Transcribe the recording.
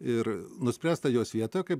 ir nuspręsta jos vietoje kaip